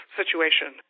situation